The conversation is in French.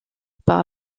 par